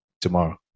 tomorrow